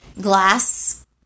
glass